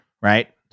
right